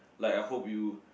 like I hope you